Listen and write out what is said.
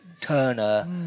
Turner